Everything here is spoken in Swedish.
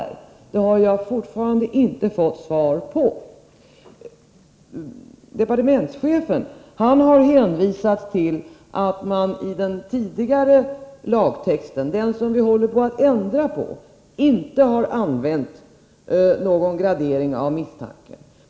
Den frågan har jag fortfarande inte fått svar på. Departementschefen har hänvisat till att man i den tidigare lagtexten, som vi nu håller på att ändra, inte har använt någon gradering av misstanke.